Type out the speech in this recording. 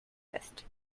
fest